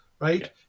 right